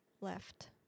left